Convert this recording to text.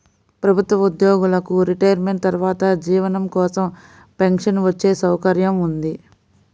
ప్రభుత్వ ఉద్యోగులకు రిటైర్మెంట్ తర్వాత జీవనం కోసం పెన్షన్ వచ్చే సౌకర్యం ఉంది